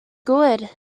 good